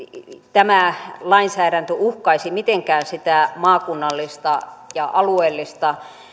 tämä lainsäädäntö uhkaisi mitenkään maakunnallista ja alueellista